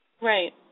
Right